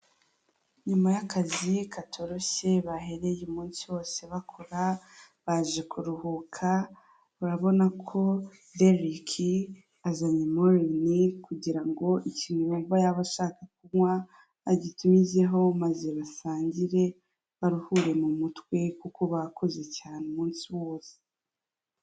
Nyuma y'akazi katoroshye bahereye umunsi wose bakora baje kuruhuka urabona ko Deriki azanye Morini kugira ngo ikintu yumva yaba ashaka kunywa agitumizeho maze basangire baruhure mu mutwe kuko bakoze cyane umunsi wose.